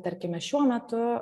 tarkime šiuo metu